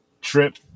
trip